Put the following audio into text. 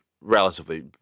relatively